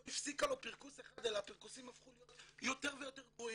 לא הפסיקה לו פרכוס אחד אלא הפרכוסים הפכו להיות יותר ויותר גרועים.